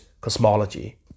cosmology